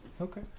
Okay